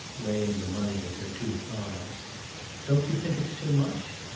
weighing the money in her two palms don't you think it's too much?